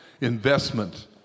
investment